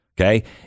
okay